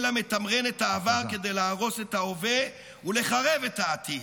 אלא מתמרן את העבר כדי להרוס את ההווה ולחרב את העתיד.